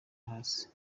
hasi